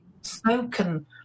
spoken